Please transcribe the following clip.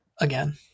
again